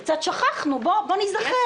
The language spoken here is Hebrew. קצת שכחנו, בוא ניזכר.